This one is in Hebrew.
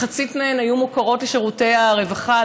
מחצית מהן היו מוכרות לשירותי הרווחה,